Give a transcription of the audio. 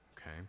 okay